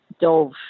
dove